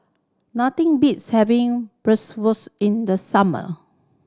nothing beats having in the summer